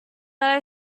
but